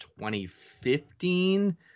2015